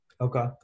Okay